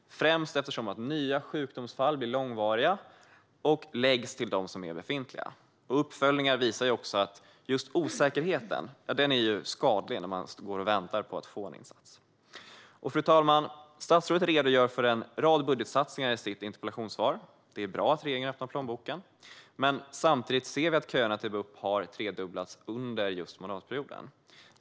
Nya sjukdomsfall blir långvariga och läggs till de redan befintliga. Uppföljningar visar också att just osäkerheten är skadlig när man går och väntar på att få en insats. Fru talman! Statsrådet redogör i sitt interpellationssvar för en rad budgetsatsningar. Det är bra att regeringen öppnar plånboken. Men samtidigt ser vi att köerna till BUP har tredubblats under mandatperioden.